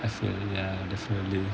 I feel ya definitely